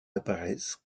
apparaissent